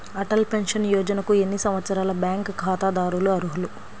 Atal pension యోజనకు ఎన్ని సంవత్సరాల బ్యాంక్ ఖాతాదారులు అర్హులు?